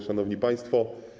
Szanowni Państwo!